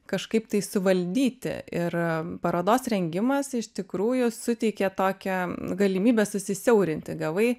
kažkaip tai suvaldyti ir parodos rengimas iš tikrųjų suteikė tokią galimybę susisiaurinti gavai